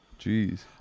Jeez